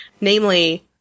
namely